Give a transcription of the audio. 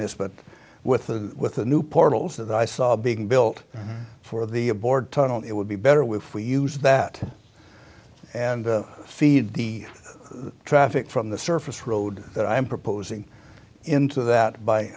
this but with the with the new portals that i saw being built for the board tunnel it would be better with we use that and feed the traffic from the surface road that i'm proposing into that by